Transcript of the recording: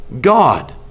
God